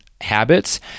habits